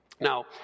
Now